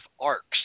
arcs